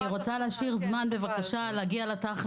אני רוצה להשאיר זמן כדי להגיע לעיקר.